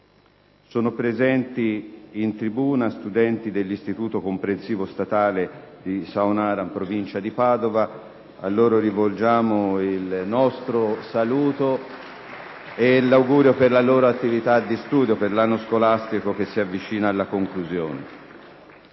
Sono presenti in tribuna gli studenti dell'Istituto comprensivo statale di Saonara, in provincia di Padova, ai quali rivolgiamo il nostro saluto e l'augurio per la loro attività di studio per il corrente anno scolastico, che si avvicina alla conclusione.